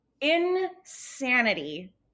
Insanity